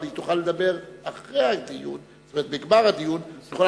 אבל היא תוכל לדבר בגמר הדיון חמש דקות,